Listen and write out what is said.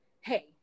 Hey